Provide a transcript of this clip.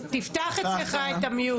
הנה,